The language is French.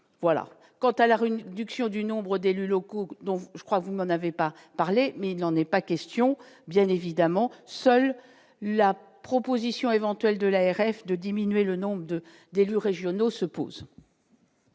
voilà quant à la rue du cuir, du nombre d'élus locaux dont je crois, vous n'en avez pas parlé mais il n'en est pas question, bien évidemment, seule la proposition éventuelle de l'ARF de diminuer le nombre de d'élus régionaux se posent.